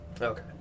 Okay